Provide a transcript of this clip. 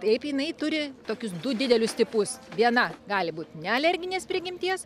taip jinai turi tokius du didelius tipus viena gali būt nealerginės prigimties